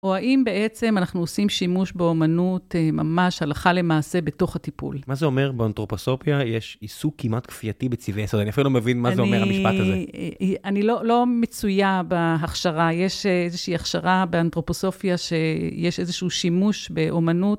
או האם בעצם אנחנו עושים שימוש באמנות ממש הלכה למעשה בתוך הטיפול. מה זה אומר באנתרופוסופיה יש עיסוק כמעט כפייתי בצבעי יסוד. אני אפילו לא מבין מה זה אומר, המשפט הזה. אני לא מצויה בהכשרה. יש איזושהי הכשרה באנתרופוסופיה שיש איזשהו שימוש באמנות...